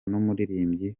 n’umuririmbyi